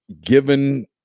given